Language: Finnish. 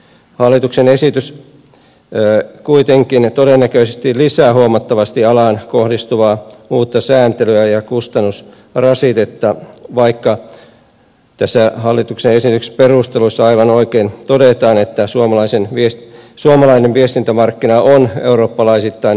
hallituksen esitys kuitenkin todennäköisesti lisää huomattavasti alaan kohdistuvaa uutta sääntelyä ja kustannusrasitetta vaikka tässä hallituksen esityksessä perusteluissa aivan oikein todetaan että suomalainen viestintämarkkina on eurooppalaisittain kehittynyt ja kilpailtu